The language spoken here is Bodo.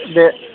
दे